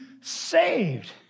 saved